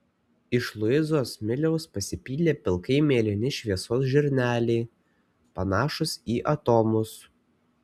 iš luizos smiliaus pasipylę pilkai mėlyni šviesos žirneliai panašūs į atomus